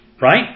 Right